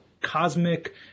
cosmic